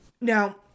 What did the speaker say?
Now